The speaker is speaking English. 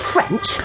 French